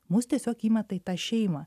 mus tiesiog įmeta į tą šeimą